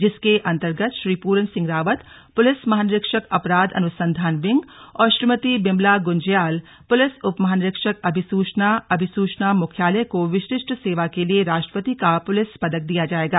जिसके अंतर्गत श्री पूरन सिंह रावत पुलिस महानिरीक्षक अपराध अनुसंधान विंग और श्रीमता बिमला गुंज्याल पुलिस उपमहानिरीक्षक अभिसूचना अभिसूचना मुख्यालय को विशिष्ट सेवा के लिए राष्ट्रपति का पुलिस पदक दिया जाएगा